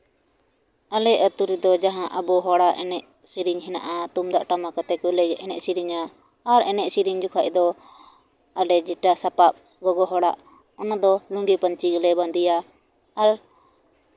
ᱟᱞᱮ ᱟᱹᱛᱩ ᱨᱮᱫᱚ ᱡᱟᱦᱟᱸ ᱟᱵᱚ ᱦᱚᱲᱟᱜ ᱮᱱᱮᱡ ᱥᱮᱨᱮᱧ ᱜᱮᱱᱟᱜᱼᱟ ᱛᱩᱢᱫᱟᱜ ᱴᱟᱢᱟᱠ ᱟᱛᱮᱜ ᱠᱚ ᱮᱱᱮᱡ ᱥᱮᱨᱮᱧᱟ ᱟᱨ ᱮᱱᱮᱡ ᱥᱮᱨᱮᱧ ᱡᱚᱠᱷᱚᱱ ᱫᱚ ᱟᱞᱮ ᱡᱮᱴᱟ ᱥᱟᱯᱟᱵ ᱜᱚᱜᱚ ᱦᱚᱲᱟᱜ ᱚᱱᱟᱫᱚ ᱞᱩᱸᱜᱤ ᱯᱟᱹᱧᱪᱤ ᱜᱮᱞᱮ ᱵᱟᱸᱫᱮᱭᱟ ᱟᱨ